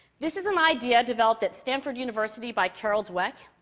this is an idea developed at stanford university by carol dweck,